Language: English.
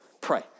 pray